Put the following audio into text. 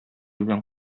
белән